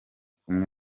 kumwe